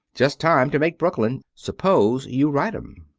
just time to make brooklyn. suppose you write em.